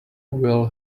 will